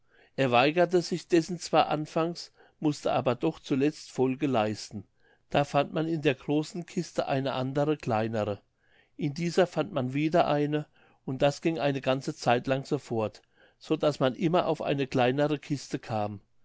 er weigerte sich dessen zwar anfangs mußte aber doch zuletzt folge leisten da fand man in der großen kiste eine andere kleinere in dieser fand man wieder eine und das ging eine ganze zeitlang so fort so daß man immer auf eine kleinere kiste kam